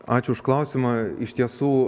ačiū už klausimą iš tiesų